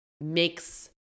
makes